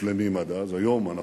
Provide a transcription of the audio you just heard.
שלמים עד אז, היום אנחנו,